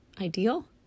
ideal